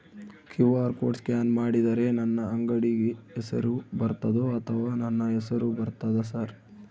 QR code scan ಮಾಡಿದರೆ ನನ್ನ ಅಂಗಡಿ ಹೆಸರು ಬರ್ತದೋ ಅಥವಾ ನನ್ನ ಹೆಸರು ಬರ್ತದ ಸರ್?